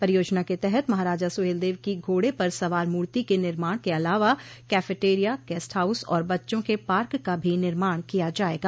परियोजना के तहत महाराजा सुहेलदेव की घोडे पर सवार मूर्ति के निर्माण के अलावा कैफिटेरिया गेस्ट हाउस और बच्चों के पार्क का भी निर्माण किया जायेगा